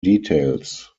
details